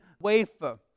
wafer